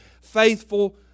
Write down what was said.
faithful